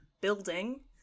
building